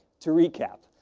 to recap.